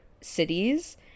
cities